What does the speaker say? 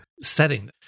setting